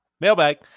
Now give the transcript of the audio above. Mailbag